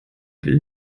will